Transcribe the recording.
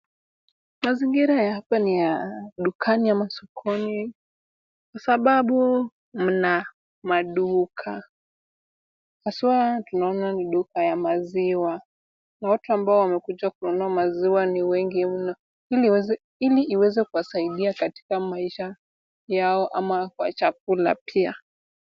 Mazingira ya hapa ni ya dukani ama sokoni, kwa sababu mna maduka haswa tunaona ni duka ya maziwa, na watu ambao wamekuja kununua maziwa ni wengi mno ili iweze kuwasaidia katika maisha yao ama kwa chakula pia.